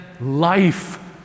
life